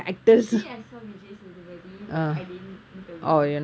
actually I saw vijay sethupathi but I didn't interview him